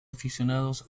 aficionados